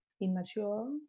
immature